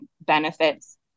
benefits